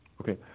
Okay